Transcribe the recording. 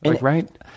right